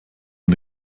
den